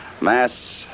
mass